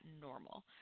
normal